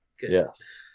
Yes